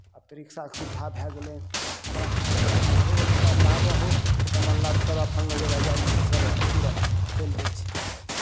आब तऽ रिक्शाके सुविधा भए गेलै तड़ाकसँ रिक्शावला हे हौ रिक्शावला आबह हौ सामान लाद करह आ फल्लाँ जगह जायके छै चलह तुरन्त चलि दै छै